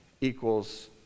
equals